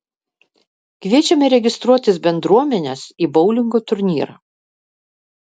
kviečiame registruotis bendruomenes į boulingo turnyrą